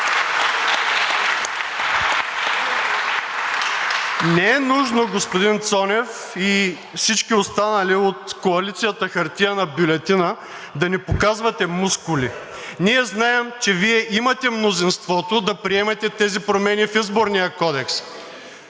Не е нужно, господин Цонев, и всички останали от коалицията хартиена бюлетина да ни показвате мускули. Ние знаем, че Вие имате мнозинството да приемете тези промени в Изборния кодекс.